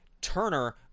Turner